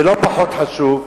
ולא פחות חשוב,